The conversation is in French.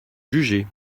juger